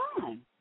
time